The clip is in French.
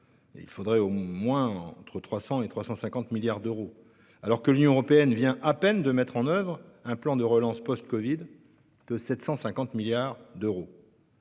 on parle de 300 à 350 milliards d'euros -, alors que l'Union européenne vient à peine de mettre en oeuvre un plan de relance post-covid de 750 milliards d'euros.